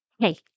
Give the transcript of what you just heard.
Hey